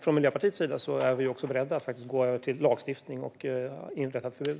Från Miljöpartiets sida är vi också beredda att faktiskt gå över till lagstiftning och inrätta ett förbud.